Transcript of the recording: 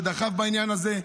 שדחף בעניין הזה,